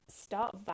start